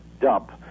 dump